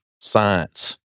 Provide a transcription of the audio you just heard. science